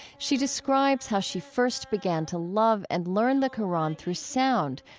she describes how she first began to love and learn the qur'an through sound,